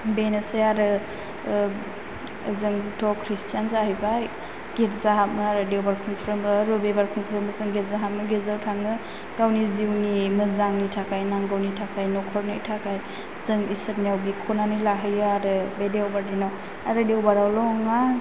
बेनोसै आरो जोंथ' खृसटान जाहैबाय गिर्जा हाबो आरो देवबर खनफ्रोमबो रबिबार खुंफ्रोमबो जों गिर्जा हाबो गिर्जायाव थाङो गावनि जिउनि मोजांनि थाखाय नांगौनि थाखाय नखरनि थाखाय जों इसोरनियाव बिख'नानै लाहैयो आरो बे देवबर दिनाव आरो देवबारावल' नङा